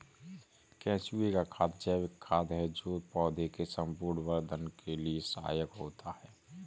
केंचुए का खाद जैविक खाद है जो पौधे के संपूर्ण वर्धन के लिए सहायक होता है